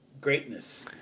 greatness